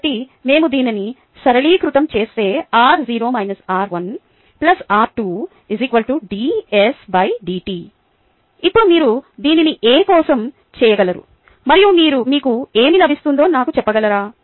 కాబట్టి మేము దీనిని సరళీకృతం చేస్తే r0 r1 r2 ddt ఇప్పుడు మీరు దీనిని A కోసం చేయగలరు మరియు మీకు ఏమి లభిస్తుందో నాకు చెప్పగలరా